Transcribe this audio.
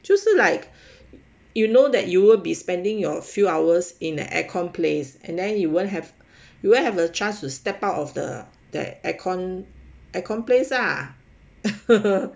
就是 like you know that you will be spending your few hours in the aircon place and then you won't have you won't have a chance to step out of the the aircon aircon place lah